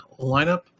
lineup